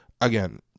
again